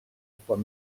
fois